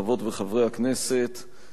חברות וחברי הכנסת,